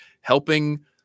helping